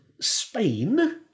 Spain